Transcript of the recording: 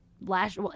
last